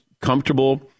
comfortable